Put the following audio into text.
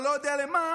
או לא יודע לאן,